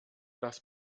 das